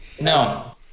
No